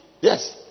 Yes